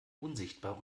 unsichtbar